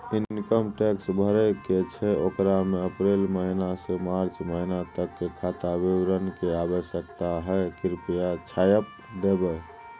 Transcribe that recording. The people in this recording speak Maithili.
इनकम टैक्स भरय के छै ओकरा में अप्रैल महिना से मार्च महिना तक के खाता विवरण के आवश्यकता हय कृप्या छाय्प देबै?